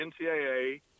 NCAA